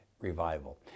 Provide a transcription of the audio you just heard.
revival